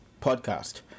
podcast